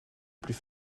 plus